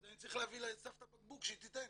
אז אני צריך להביא לסבתא בקבוק שהיא תיתן.